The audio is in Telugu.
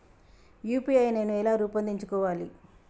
యూ.పీ.ఐ నేను ఎలా రూపొందించుకోవాలి?